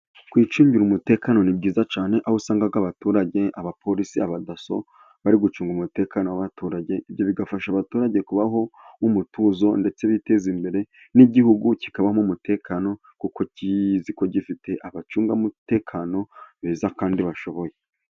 Kwicungira umutekano ni byiza cyane, aho usanga abaturage, abaporisi, abadaso, bari gucunga umutekano w'abaturage. Ibyo bigafasha abaturage kubaho mu mutuzo, ndetse biteza imbere n'igihugu kikaba mo umutekano, kuko kizi ko gifite abacungamutekano beza kandi bashoboye.